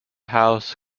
house